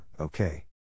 okay